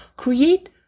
create